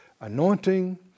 anointing